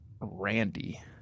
Randy